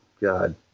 god